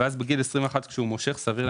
ואז בגיל 21 כשהוא מושך את